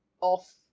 off